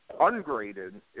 ungraded